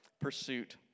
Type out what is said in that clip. pursuit